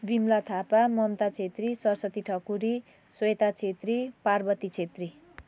Bimala Thapa Mamata Chhetri Saraswati Thakuri Sweta Chhetri Parvati Chhetri